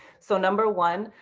so number one,